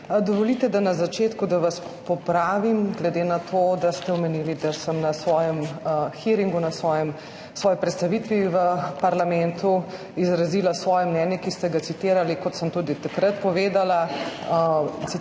Dovolite na začetku, da vas popravim, glede na to, da ste omenili, da sem na svojem hearingu, na svoji predstavitvi v parlamentu izrazila svoje mnenje, ki ste ga citirali. Kot sem tudi takrat povedala, citirala